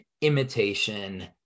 imitation